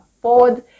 afford